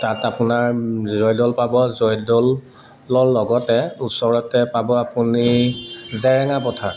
তাত আপোনাৰ জয়দৌল পাব জয়দৌলৰ লগতে ওচৰতে পাব আপুনি জেৰেঙা পথাৰ